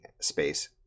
space